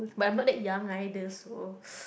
but I'm not that young either so